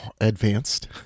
advanced